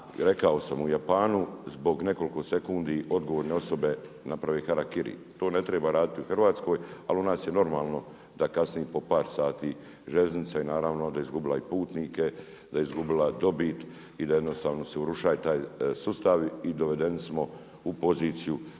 rekao sam u Japanu zbog nekoliko sekundi odgovorne osobe napravi harakiri, to ne treba raditi u Hrvatskoj ali u nas je normalno da kasni i po par sati željeznice. I naravno onda je izgubila i putnike, da je izgubila dobit i jednostavno se urušio taj sustav i dovedeni smo u poziciju